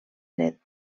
dret